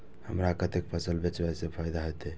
हमरा कते फसल बेचब जे फायदा होयत?